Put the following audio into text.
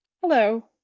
Hello